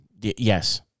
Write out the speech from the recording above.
yes